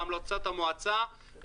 בהמלצות המועצה,